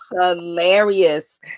hilarious